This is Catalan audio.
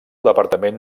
departament